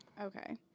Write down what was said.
Okay